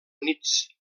units